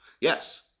Yes